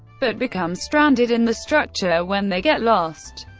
but become stranded in the structure when they get lost.